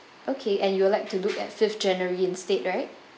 okay and you would like to book at fifth january instead right